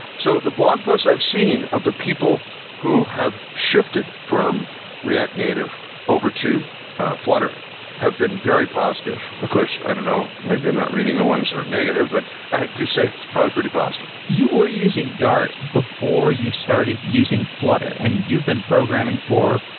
so the blog posts i've seen of the people who have shifted from react native over to flutter have been very positive. of ah course, i do know. maybe i'm not reading the ones that are negative, but i do say probably pretty positive. you were using dart before you started using flutter, and you've been programming for,